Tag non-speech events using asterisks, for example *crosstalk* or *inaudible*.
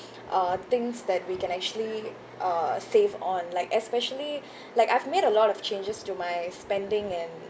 uh things that we can actually uh save on like especially *breath* like I've made a lot of changes to my spending and